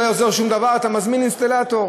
לא יעזור שום דבר, אתה מזמין אינסטלטור.